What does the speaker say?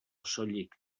soilik